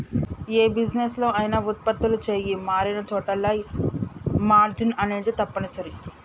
యే బిజినెస్ లో అయినా వుత్పత్తులు చెయ్యి మారినచోటల్లా మార్జిన్ అనేది తప్పనిసరి